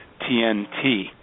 TNT